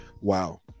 wow